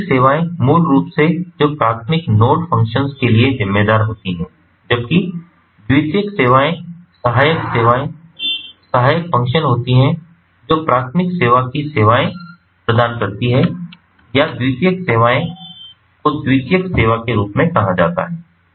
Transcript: प्राथमिक सेवाएँ मूल सेवाएँ हैं जो प्राथमिक नोड फ़ंक्शंस के लिए ज़िम्मेदार होती हैं जबकि द्वितीयक सेवाएँ सहायक सेवाएँ सहायक फ़ंक्शंस होती हैं जो प्राथमिक सेवा को सेवाएँ प्रदान करती हैं या द्वितीयक सेवाएँ को द्वितीयक सेवा के रूप में कहा जाता है